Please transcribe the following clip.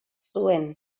zuen